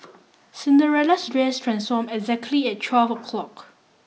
Cinderella's dress transformed exactly at twelve o'clock